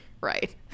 right